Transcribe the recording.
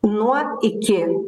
nuo iki